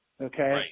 Okay